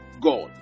God